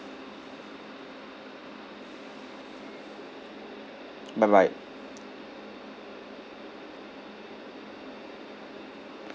bye bye